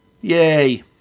yay